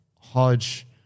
Hodge